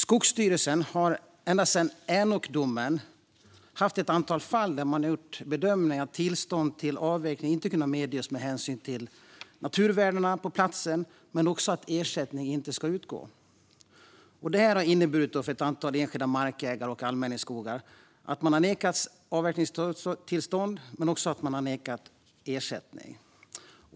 Skogsstyrelsen har ända sedan Änokdomen haft ett antal fall där man har gjort bedömningen att tillstånd till avverkning inte har kunnat medges med hänsyn till naturvärdena på platsen men också att ersättning inte ska utgå. Detta har för ett antal enskilda markägare och allmänningsskogar inneburit att man har nekats avverkningstillstånd men också att man har nekats ersättning.